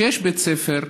שיש בהם בית ספר,